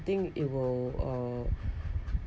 I think it will uh